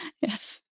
Yes